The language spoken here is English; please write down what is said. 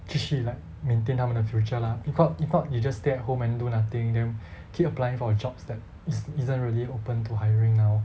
继续 like maintain 他们的 future lah if not if not you just stay at home then do nothing then keep applying jobs that is~ isn't really open to hiring now